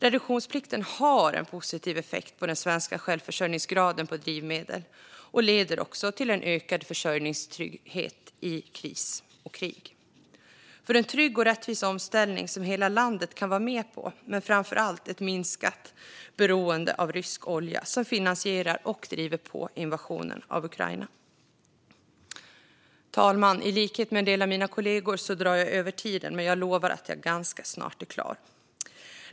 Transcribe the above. Reduktionsplikten har en positiv effekt på den svenska självförsörjningsgraden av drivmedel och leder till en ökad försörjningstrygghet i kris och krig. Den innebär en trygg och rättvis omställning som hela landet kan vara med på, men framför allt innebär den ett minskat beroende av rysk olja, som finansierar och driver på invasionen av Ukraina. Herr talman! I likhet med en del av mina kollegor drar jag över min talartid, men jag lovar att jag ganska snart är klar.